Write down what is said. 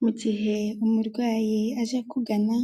Mu gihe umurwayi aje akugana,